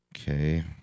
Okay